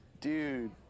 Dude